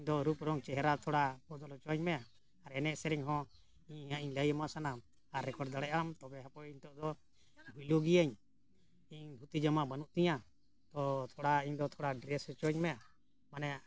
ᱤᱧᱫᱚ ᱨᱩᱯ ᱨᱚᱝ ᱪᱮᱦᱮᱨᱟ ᱛᱷᱚᱲᱟ ᱵᱚᱫᱚᱞ ᱚᱪᱚᱣᱟᱹᱧ ᱢᱮ ᱟᱨ ᱮᱱᱮᱡ ᱥᱮᱨᱮᱧ ᱦᱚᱸ ᱤᱧ ᱦᱟᱸᱜ ᱤᱧ ᱞᱟᱹᱭᱟᱢᱟ ᱥᱟᱱᱟᱢ ᱟᱨ ᱨᱮᱠᱚᱨᱰ ᱫᱟᱲᱮᱭᱟᱜ ᱟᱢ ᱛᱚᱵᱮ ᱦᱟᱯᱳᱭ ᱱᱤᱛᱳᱜ ᱫᱚ ᱵᱷᱩᱭᱞᱩ ᱜᱤᱭᱟᱹᱧ ᱤᱧ ᱫᱷᱩᱛᱤ ᱡᱟᱢᱟ ᱵᱟᱹᱱᱩᱜ ᱛᱤᱧᱟᱹ ᱛᱚ ᱛᱷᱚᱲᱟ ᱤᱧᱫᱚ ᱛᱷᱚᱲᱟ ᱰᱨᱮᱥ ᱦᱚᱪᱚᱣᱟᱹᱧᱼᱢᱮ ᱢᱟᱱᱮ